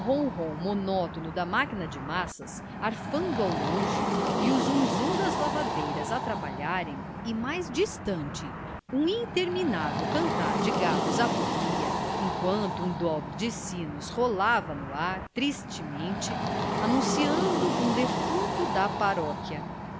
ronrom monótono da máquina de massas arfando ao longe e o zunzum das lavadeiras a trabalharem e mais distante um interminável cantar de galos a porfia enquanto um dobre de sinos rolava no ar tristemente anunciando um defunto da paróquia